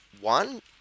one